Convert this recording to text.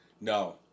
no